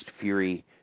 Fury